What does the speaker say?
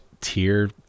tier